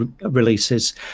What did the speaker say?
releases